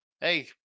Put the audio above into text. hey